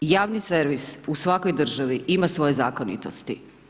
I javni servis u svakoj državi ima svoje zakonitosti.